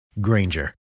Granger